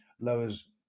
lowers